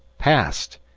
passed!